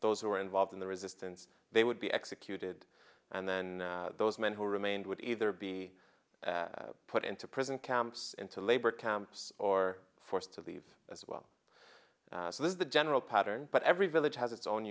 those who were involved in the resistance they would be executed and then those men who remained would either be put into prison camps into labor camps or forced to leave as well so this is the general pattern but every village has its own